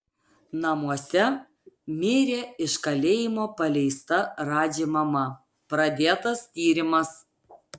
namuose mirė iš kalėjimo paleista radži mama pradėtas tyrimas